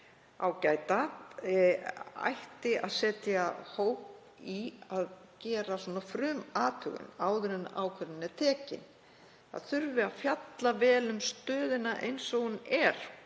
að vera að setja hóp í að gera frumathugun áður en ákvörðun er tekin. Það þurfi að fjalla vel um stöðuna eins og hún er,